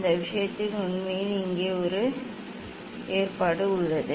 அந்த விஷயத்தில் உண்மையில் இங்கே ஒரு ஏற்பாடு உள்ளது